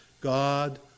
God